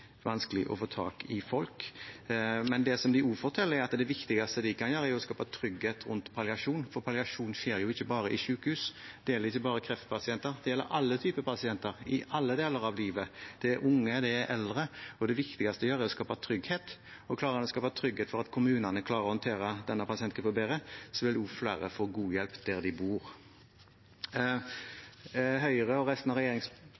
vanskelig å få tak i folk. Men det som de også forteller, er at det viktigste de kan gjøre, er å skape trygghet rundt palliasjon. For palliasjon skjer jo ikke bare i sykehus, det gjelder ikke bare kreftpasienter, det gjelder alle typer pasienter i alle deler av livet – det er unge, det er eldre – og det viktigste de gjør, er å skape trygghet. Klarer en å skape trygghet for at kommunene klarer å håndtere denne pasientgruppen bedre, vil også flere få god hjelp der de bor. Høyre og resten av